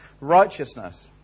righteousness